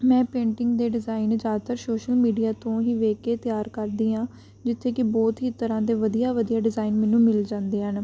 ਮੈਂ ਪੇਂਟਿੰਗ ਦੇ ਡਿਜ਼ਾਇਨ ਜ਼ਿਆਦਾਤਰ ਸ਼ੋਸ਼ਲ ਮੀਡੀਆ ਤੋਂ ਹੀ ਵੇਖ ਕੇ ਤਿਆਰ ਕਰਦੀ ਹਾਂ ਜਿੱਥੇ ਕਿ ਬਹੁਤ ਹੀ ਤਰ੍ਹਾਂ ਦੇ ਵਧੀਆ ਵਧੀਆ ਡਿਜ਼ਾਇਨ ਮੈਨੂੰ ਮਿਲ ਜਾਂਦੇ ਹਨ